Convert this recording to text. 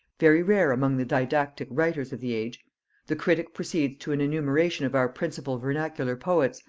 very rare among the didactic writers of the age the critic proceeds to an enumeration of our principal vernacular poets,